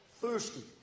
thirsty